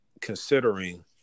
considering